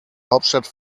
hauptstadt